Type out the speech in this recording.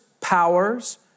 powers